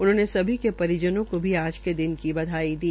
उन्होंने सभी के रिजनों को भी आज के दिन की बधाई दी